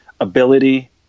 ability